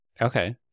Okay